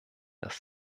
dass